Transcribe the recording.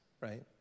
right